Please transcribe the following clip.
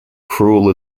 cruel